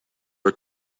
are